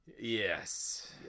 Yes